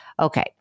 Okay